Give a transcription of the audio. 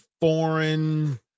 foreign